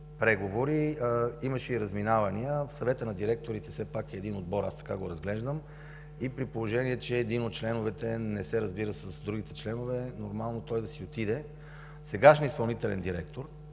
имаше и разминавания. Съветът на директорите все пак е един отбор, аз така го разглеждам, и при положение че един от членовете не се разбира с другите, е нормално той да си отиде. Сегашният изпълнителен директор,